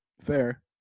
Fair